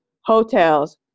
hotels